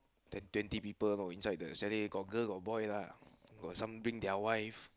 ten twenty person loh inside the chalet got girl got boy lah got some bring their wife